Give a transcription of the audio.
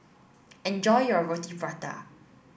enjoy your Roti Prata